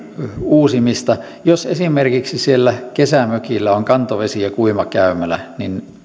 uusimista jos esimerkiksi siellä kesämökillä on kantovesi ja kuivakäymälä niin